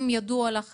אם ידוע לך,